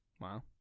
wow